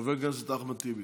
חבר הכנסת אחמד טיבי.